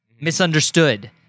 misunderstood